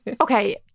Okay